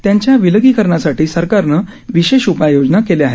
त्यांच्या विलगिकरणासाठी सरकारनं विशेष उपाययोजना केल्या आहेत